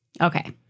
Okay